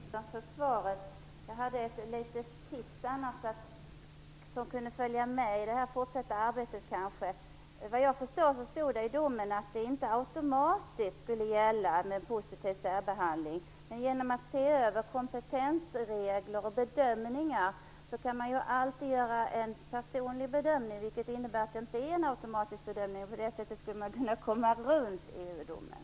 Fru talman! Jag tackar statsministern för svaret. Jag hade annars ett litet tips som kanske kunde följa med i det fortsatta arbetet. Såvitt jag förstår står det i domen att det inte automatiskt skall gälla positiv särbehandling. Men genom att se över kompetensregler och bedömningar kan man ju alltid göra personlig bedömning, vilket innebär att det inte är en automatisk bedömning. På det sättet skulle man kunna komma runt EU-domen.